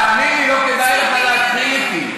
תאמין לי, לא כדאי לך להתחיל איתי,